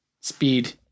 speed